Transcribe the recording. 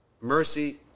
mercy